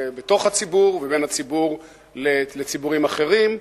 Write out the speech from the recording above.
בתוך הציבור ובין הציבור לציבורים אחרים,